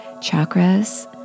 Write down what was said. Chakras